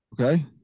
Okay